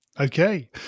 Okay